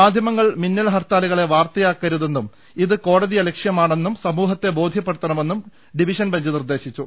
മാധ്യമങ്ങൾ മിന്നൽ ഹർത്താലുകളെ വാർത്തയായി നൽകരുതെന്നും ഇത് കോടതിയല ക്ഷ്യമാണെന്ന് സമൂഹത്തെ ബോധൃപ്പെടുത്തണമെന്നും ഡിവിഷൻ ബെഞ്ച് നിർദേശിച്ചു